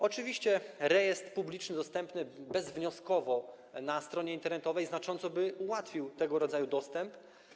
Oczywiście rejestr publiczny dostępny bezwnioskowo na stronie internetowej znacząco ułatwiłby tego rodzaju dostęp.